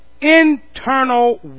internal